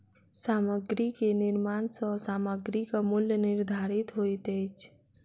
सामग्री के निर्माण सॅ सामग्रीक मूल्य निर्धारित होइत अछि